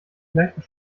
gleichen